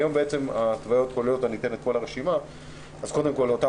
היום ההתוויות כוללות: קודם כול אותם